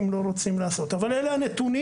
אלה הנתונים.